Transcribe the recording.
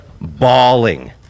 bawling